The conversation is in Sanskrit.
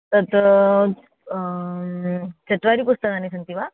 तत् चत्वारि पुस्तकानि सन्ति वा